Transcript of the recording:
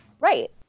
Right